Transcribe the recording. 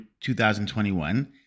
2021